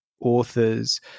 authors